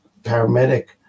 paramedic